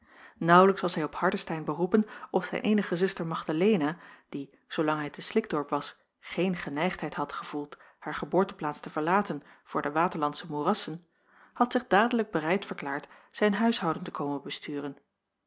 naauwlijks was hij op hardestein beroepen of zijn eenige zuster magdalena die zoolang hij te slikdorp was geen geneigdheid had gevoeld haar geboorteplaats te verlaten voor de waterlandsche moerassen had zich dadelijk bereid verklaard zijn huishouden te komen besturen